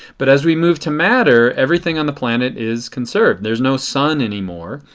but as we move to matter everything on the planet is conserved. there is no sun anymore.